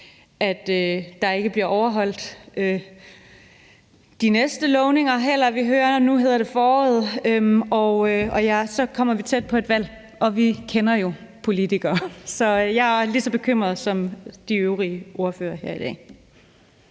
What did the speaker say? heller ikke bliver overholdt. Vi hører, at det nu hedder foråret, og så kommer vi tæt på et valg, og vi kender jo politikerne. Så jeg er lige så bekymret, som de øvrige ordførere er her i dag.